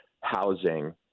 housing